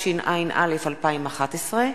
התשע"א 2011,